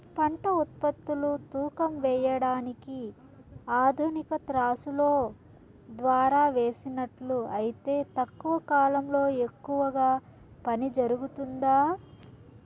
పంట ఉత్పత్తులు తూకం వేయడానికి ఆధునిక త్రాసులో ద్వారా వేసినట్లు అయితే తక్కువ కాలంలో ఎక్కువగా పని జరుగుతుందా?